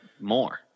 more